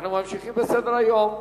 אנחנו ממשיכים בסדר-היום,